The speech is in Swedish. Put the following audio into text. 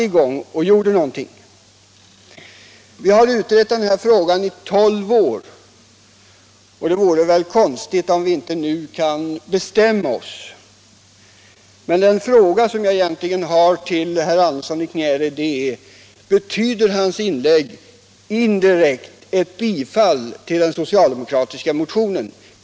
Denna fråga har vi nu utrett i 12 år, och då vore det väl konstigt om vi inte nu kan bestämma OSS. Min fråga till herr Andersson i Knäred är: Betyder herr Anderssons inlägg indirekt ett bifall till den socialdemokratiska motionen?